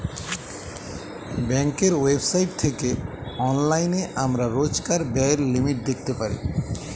ব্যাঙ্কের ওয়েবসাইট থেকে অনলাইনে আমরা রোজকার ব্যায়ের লিমিট দেখতে পারি